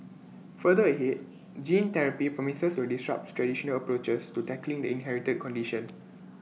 further ahead gene therapy promises to disrupt traditional approaches to tackling the inherited condition